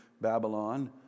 Babylon